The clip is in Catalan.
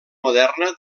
moderna